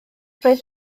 roedd